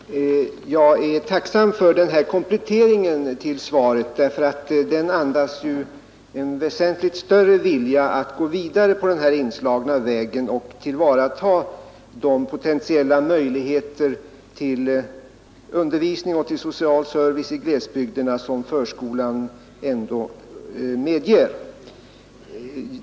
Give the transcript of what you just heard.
Herr talman! Jag är tacksam för denna komplettering av svaret därför att den andas en väsentligt större vilja att gå vidare på den inslagna vägen och tillvarata de potentiella möjligheter till undervisning och social service i glesbygderna som förskolan ändå erbjuder.